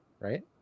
right